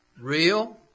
real